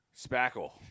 Spackle